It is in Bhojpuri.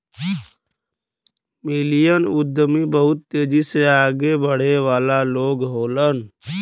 मिलियन उद्यमी बहुत तेजी से आगे बढ़े वाला लोग होलन